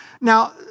Now